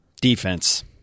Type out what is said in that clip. Defense